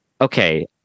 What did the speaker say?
Okay